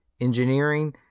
engineering